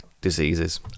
diseases